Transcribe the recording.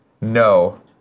No